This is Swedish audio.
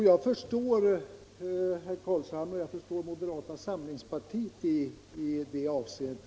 Jag förstår herr Carlshamre och moderata samlingspartiet i det avseendet.